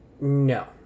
No